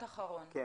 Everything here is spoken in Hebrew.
אני,